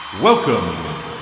welcome